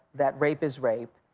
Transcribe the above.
that rape is rape.